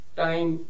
time